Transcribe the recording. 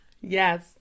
Yes